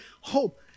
Hope